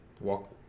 Walk